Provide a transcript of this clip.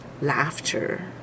Laughter